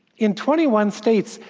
in twenty one states,